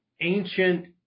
ancient